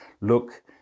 Look